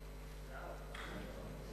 לדיון מוקדם